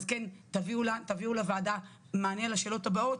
תביאו לוועדה מענה לשאלות הבאות,